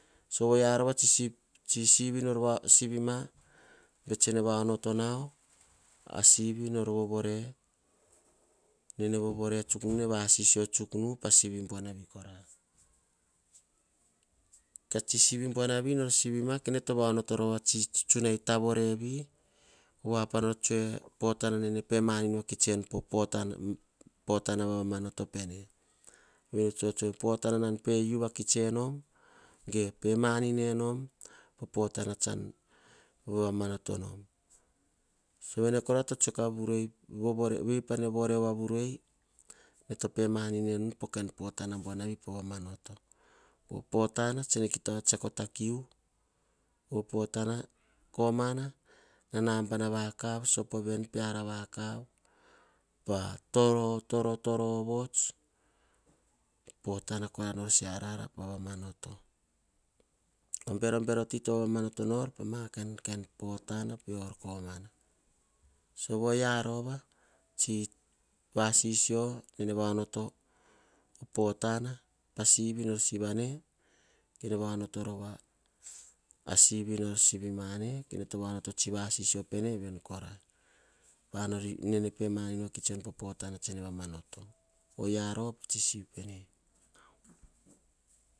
Oyia rova a tsi sivi nor sivma batsene va onoto nauo. A sisvi nor vovore nor, nene vovore tsuk nu buanavi kora. Ka sivik buanavi nor sivma tsuk nu buanavi kora. Ka sivo buanavi nor sivma nene vaonoto a tsutsunai tavoreni. Pa nor tsue potana nene pemanin nu o potana vavamanot pene. Potananan pe uvakits enom. Ge pe manin enom. Potana tsan vavamano tonom. Vei pane vorei voa vurei voa vurei. Ene topei manin enu po kain potana buanavi po vamanoto o potana tsene kita tsiako takiu. Povo potana koma nana bana vakav. Ven peara vakav, pa toro ovots, potana kora nor se ara pavamanoto berobero titovamanoto nor pa ma potana peor komana sovo. Oyia rova tsi vasisio nene va onoto potana pa sivi nor sivi mane, kene to vaonoto tsi vasisio ven kora. Panene pemanin vakits ena po bon vamanoto oyia rova pa tsi sivi pewe.